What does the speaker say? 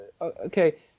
Okay